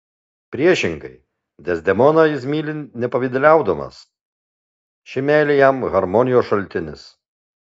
priešingai dezdemoną jis myli nepavyduliaudamas ši meilė jam harmonijos šaltinis